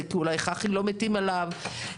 אז למה לא לתת אפשרות גם ל-2025?